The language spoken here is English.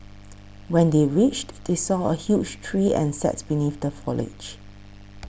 when they reached they saw a huge tree and sat beneath the foliage